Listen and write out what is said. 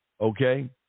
Okay